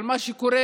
על מה שקורה,